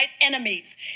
enemies